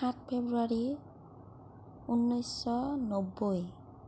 সাত ফেব্ৰুৱাৰী ঊনৈছশ নব্বৈ